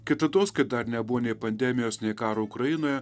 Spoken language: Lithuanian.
kitados kai dar nebuvo nė pandemijos nei karo ukrainoje